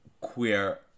queer